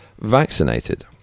vaccinated